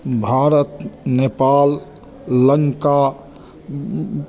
Bharat Nepal Lanka